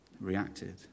Reacted